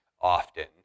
often